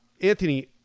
Anthony